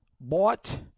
bought